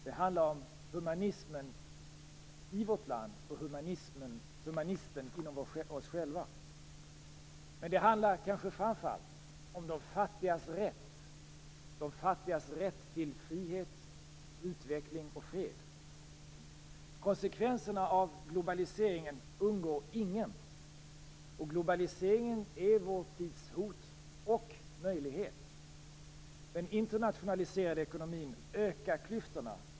Det handlar om humanismen i vårt land och om humanisten inom oss själva. Men det handlar kanske framför allt om de fattigas rätt till frihet, utveckling och fred. Konsekvenserna av globaliseringen undgår ingen. Globaliseringen är vår tids hot och möjlighet. Den internationaliserade ekonomin ökar klyftorna.